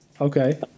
Okay